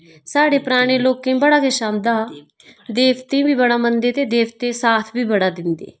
साढ़े पराने लोकें ई बड़ा किश आंदा हा देवते बी बड़ा मनदे हे ते देवते साथ बी बड़ा दिंदे हे